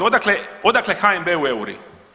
Odakle HNB-u euri?